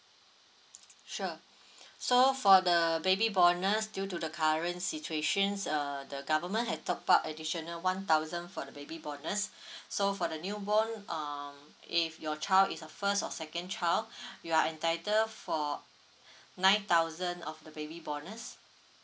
sure so for the baby bonus due to the current situations err the government has top up additional one thousand for the baby bonus so for the new born um if your child is a first or second child you're entitled for nine thousand of the baby bonus